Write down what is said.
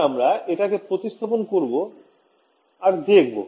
এবার আমরা এটাকে প্রতিস্থাপন করবো আর দেখবো